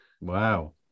wow